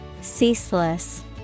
Ceaseless